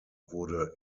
wurde